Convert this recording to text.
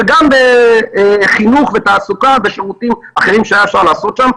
וגם בחינוך ותעסוקה ובשירותים שהיה אפשר לעשות שם.